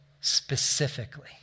Specifically